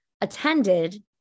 attended